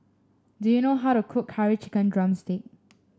do you know how to cook Curry Chicken drumstick